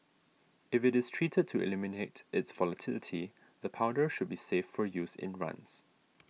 if it is treated to eliminate its volatility the powder should be safe for use in runs